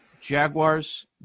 Jaguars